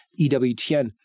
EWTN